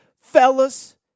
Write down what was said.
Fellas